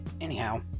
anyhow